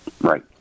right